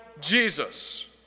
Jesus